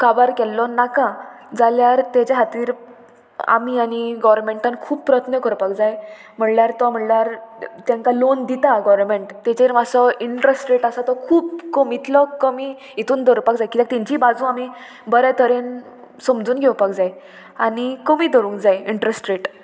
काबार केल्लो नाका जाल्यार तेज्या खातीर आमी आनी गोवोरमेंटान खूब प्रयत्न करपाक जाय म्हणल्यार तो म्हणल्यार तांकां लोन दिता गोरमेंट तेजेर मातसो इंट्रस्ट रेट आसा तो खूब कमींतलो कमी हितून दवरुपाक जाय किद्याक तेंची बाजू आमी बरे तरेन समजून घेवपाक जाय आनी कमी दवरूंक जाय इंट्रस्ट रेट